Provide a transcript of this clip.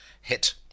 hit